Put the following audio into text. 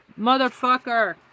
motherfucker